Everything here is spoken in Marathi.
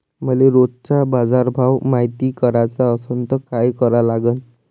मले रोजचा बाजारभव मायती कराचा असन त काय करा लागन?